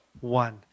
One